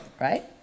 Right